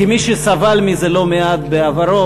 כמי שסבל מזה לא מעט בעברו,